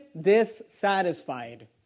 dissatisfied